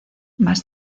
más